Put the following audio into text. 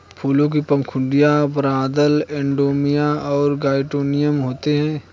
फूलों में पंखुड़ियाँ, बाह्यदल, एंड्रोमियम और गाइनोइकियम होते हैं